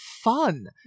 fun